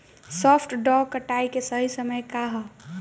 सॉफ्ट डॉ कटाई के सही समय का ह?